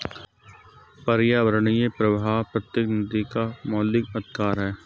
पर्यावरणीय प्रवाह प्रत्येक नदी का मौलिक अधिकार है